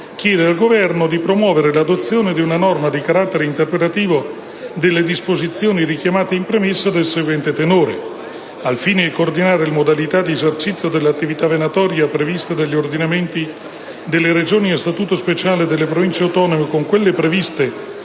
chiede al Governo di promuovere l'adozione di una norma di carattere interpretativo delle disposizioni richiamate in premessa del seguente tenore: "Al fine di coordinare le modalità di esercizio dell'attività venatoria previste dagli ordinamenti delle Regioni a statuto speciale e delle Province autonome con quelle previste